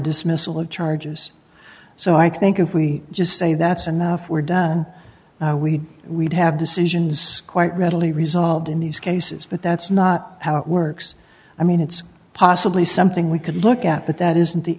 dismissal of charges so i think if we just say that's enough we're done we we'd have decisions quite readily resolved in these cases but that's not how it works i mean it's possibly something we could look at but that isn't the